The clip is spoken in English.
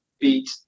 beat